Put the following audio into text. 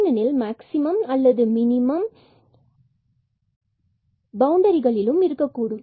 ஏனெனில் மேக்சிமம் அல்லது மினிமம் பவுண்டரிகளிலும் இருக்கக்கூடும்